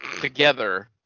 together